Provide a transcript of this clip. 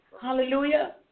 Hallelujah